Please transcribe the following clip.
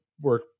work